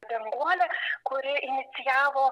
danguolė kuri inicijavo